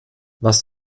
was